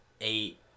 eight